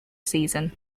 season